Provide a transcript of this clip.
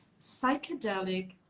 psychedelic